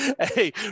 Hey